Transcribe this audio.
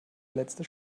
letzte